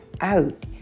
out